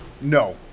No